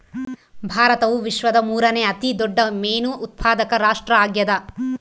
ಭಾರತವು ವಿಶ್ವದ ಮೂರನೇ ಅತಿ ದೊಡ್ಡ ಮೇನು ಉತ್ಪಾದಕ ರಾಷ್ಟ್ರ ಆಗ್ಯದ